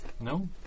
no